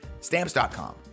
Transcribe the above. stamps.com